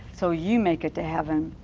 so you make it to heaven.